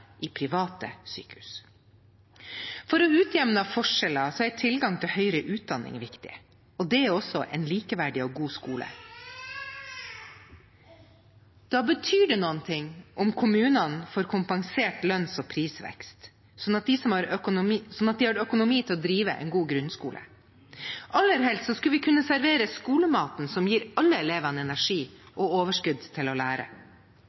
i private sykehus. For å utjevne forskjeller er tilgang til høyere utdanning viktig, og det er også en likeverdig og god skole. Da betyr det noe om kommunene får kompensert lønns- og prisvekst, sånn at de har økonomi til å drive en god grunnskole. Aller helst skulle vi kunne servere skolematen, som gir alle elevene energi og overskudd til å lære,